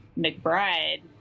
McBride